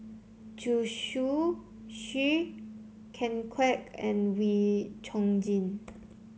Zhu Xu Ken Kwek and Wee Chong Jin